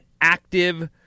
active